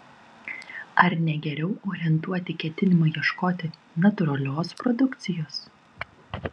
ar ne geriau orientuoti ketinimą ieškoti natūralios produkcijos